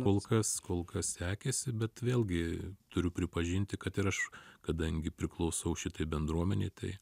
kol kas kol kas sekėsi bet vėlgi turiu pripažinti kad ir aš kadangi priklausau šitai bendruomenei tai